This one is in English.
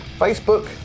Facebook